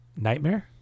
Nightmare